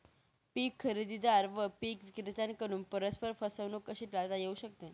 पीक खरेदीदार व पीक विक्रेत्यांकडून परस्पर फसवणूक कशी टाळता येऊ शकते?